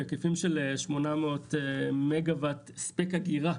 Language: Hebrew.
בהיקפים של 800 מגה וואט הספק אגירה.